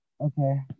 Okay